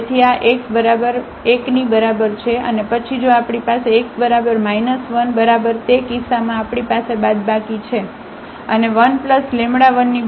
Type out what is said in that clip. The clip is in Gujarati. તેથી આ x બરાબર 1 ની બરાબર છે અને પછી જો આપણી પાસે x બરાબર 1 બરાબર તે કિસ્સામાં આપણી પાસે બાદબાકી છે અને 1 λ 1 ની બરાબર છે